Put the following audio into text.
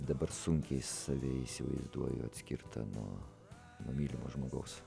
dabar sunkiai save įsivaizduoju atskirtą nuo nuo mylimo žmogaus